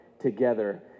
together